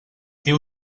diu